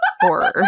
horror